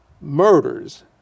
murders